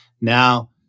now